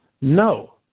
No